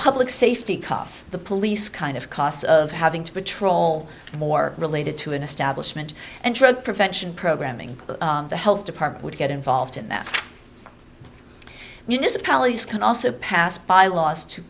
public safety costs the police kind of costs of having to patrol more related to an establishment and drug prevention programming the health department would get involved in that municipalities can also pass by laws to